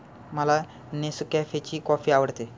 मला नेसकॅफेची कॉफी आवडते